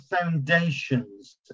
foundations